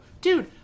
dude